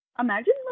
Imagine